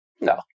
No